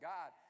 God